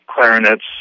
clarinets